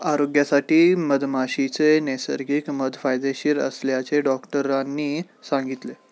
आरोग्यासाठी मधमाशीचे नैसर्गिक मध फायदेशीर असल्याचे डॉक्टरांनी सांगितले